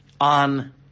on